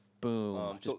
Boom